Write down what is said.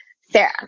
Sarah